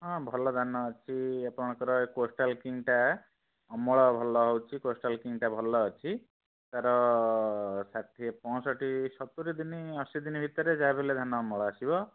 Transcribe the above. ହଁ ଭଲ ଧାନ ଅଛି ଆପଣଙ୍କର ଏ କୋଷ୍ଟାଲ୍ କିଙ୍ଗଟା ଅମଳ ଭଲ ହେଉଛି କୋଷ୍ଟାଲ୍ କିଙ୍ଗଟା ଭଲ ଅଛି ତାର ଷାଠିଏ ପଞ୍ଚଷଠି ସତୁରି ଦିନ ଅଶୀ ଦିନ ଭିତରେ ଯାହାବି ହେଲେ ଧାନ ଅମଳ ଆସିବ